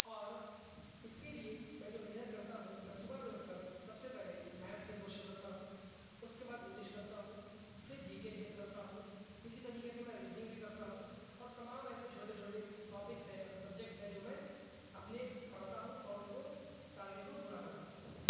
اور اس کے لیے میں جو محنت کرتا ہوں میں صبح میں اٹھ کر سب سے پہلے میتھ کے کوششن کرتا ہوں اس کے بعد انگلش کرتا ہوں پھر جی کے جی ایس کرتا ہوں اسی طریقے میں ریزننگ بھی کرتا ہوں اور تمام ایسے چھوٹے چھوٹے ٹاپکس ہیں سبجیکٹس ہیں جو میں اپنے پڑھتا ہوں اور ان کو ٹارگیٹ کو پورا کرتا ہوں